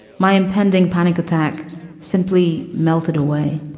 my impending panic attack simply melted away.